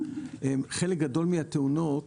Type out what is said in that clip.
על חלק גדול מהתאונות